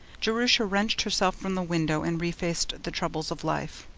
jerusha wrenched herself from the window and refaced the troubles of life.